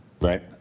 right